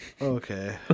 Okay